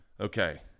Okay